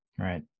right